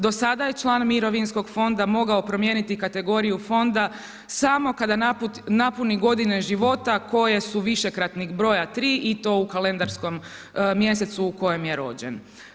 Do sada je član mirovinskog fonda mogao promijeniti kategoriju fonda samo kada napuni godine života koje su višekratnik broja 3 i to u kalendarskom mjesecu u kojem je rođen.